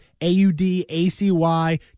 A-U-D-A-C-Y